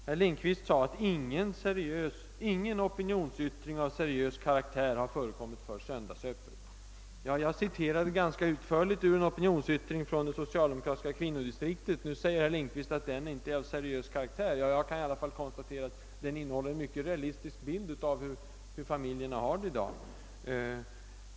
Herr Lindkvist sade att ingen opinionsyttring av seriös karaktär har förekommit för söndagsöppet. Jag citerade ganska utförligt ur en opinionsyttring från det socialdemokratiska kvinnodistriktet. Nu säger herr Lindkvist att den inte är av seriös karaktär. Jag kan i alla fall konstatera att den innehåller en mycket realistisk bild av hur familjerna har det i dag.